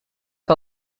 que